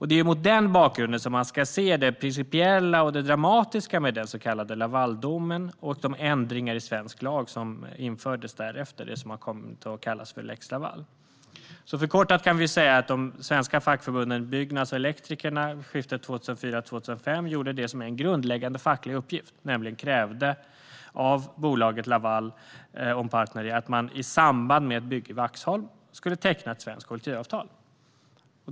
Det är mot den bakgrunden man ska se det principiella och det dramatiska med den så kallade Lavaldomen och de ändringar i svensk lag som infördes därefter - det som har kommit att kallas för lex Laval. Förkortat kan vi säga att de svenska fackförbunden Byggnads och Elektrikerna vid årsskiftet 2004/05 gjorde det som är en grundläggande facklig uppgift, nämligen krävde av bolaget Laval un Partneri att man i samband med ett bygge i Vaxholm skulle teckna ett svenskt kollektivavtal.